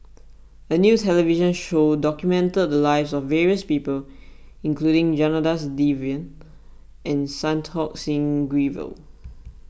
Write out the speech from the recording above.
a new television show documented the lives of various people including Janadas Devan and Santokh Singh Grewal